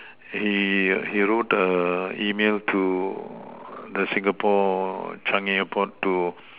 he he wrote a email to the Singapore Changi airport to